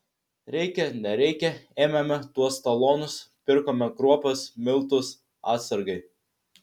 reikia nereikia ėmėme tuos talonus pirkome kruopas miltus atsargai